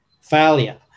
failure